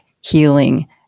healing